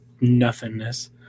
nothingness